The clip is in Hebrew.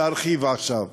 וארחיב עכשיו.